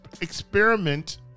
experiment